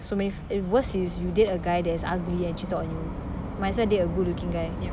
so many worse is you date a guy that is ugly and cheated on you might as well date a good looking guy